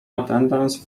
attendance